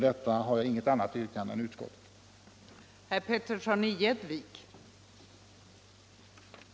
Jag har inget annat yrkande än utskottet.